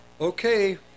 Okay